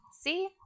See